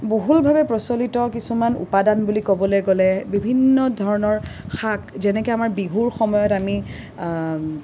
বহুলভাৱে প্ৰচলিত কিছুমান উপাদান বুলি ক'বলে গ'লে বিভিন্ন ধৰণৰ শাক যেনেকে আমাৰ বিহুৰ সময়ত আমি